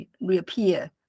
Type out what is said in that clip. reappear